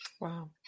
Wow